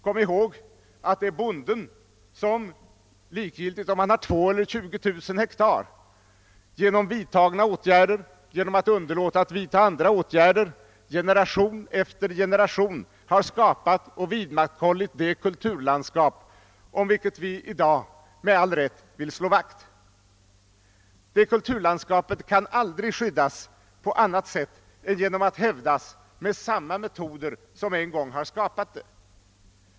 Kom ihåg att det är bonden — likgiltigt om han har 2 eller 20 000 hektar — som genom vidtagna eller underlåtna åtgärder generation efter generation skapat och vidmakthållit det kulturlandskap om vilket vi i dag med all rätt vill slå vakt. Det kan aldrig skyddas på annat sätt än genom att hävdas med samma metoder som en' gång skapat det.